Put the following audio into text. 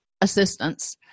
assistance